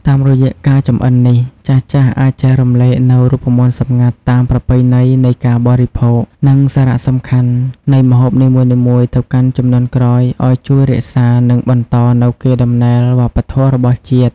តាមរយៈការចម្អិននេះចាស់ៗអាចចែករំលែកនូវរូបមន្តសម្ងាត់ តាមប្រពៃណីនៃការបរិភោគ និងសារៈសំខាន់នៃម្ហូបនីមួយៗទៅកាន់ជំនាន់ក្រោយអោយជួយរក្សា និងបន្តនូវកេរដំណែលវប្បធម៌របស់ជាតិ ។